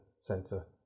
center